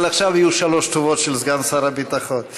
אבל עכשיו יהיו שלוש תשובות של סגן שר הביטחון.